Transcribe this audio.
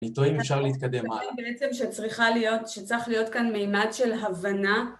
אני תוהה אם אפשר להתקדם הלאה. אני חושבת בעצם שצריכה להיות... שצריך להיות כאן מימד של הבנה.